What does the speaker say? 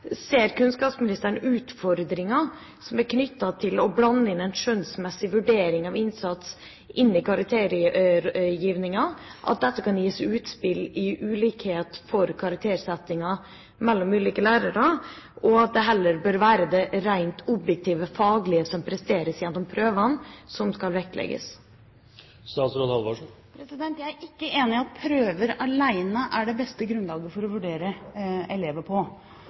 Ser kunnskapsministeren utfordringer som er knyttet til å blande en skjønnsmessig vurdering av innsats inn i karaktergivningen, at dette kan gi utslag i ulikhet blant ulike lærere i karaktersettingen, og at det heller bør være det rent objektive, faglige som presteres gjennom prøvene, som skal vektlegges? Jeg er ikke enig i at prøver alene er det beste grunnlaget for å vurdere elever,